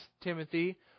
Timothy